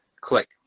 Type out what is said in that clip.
Click